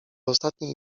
ostatniej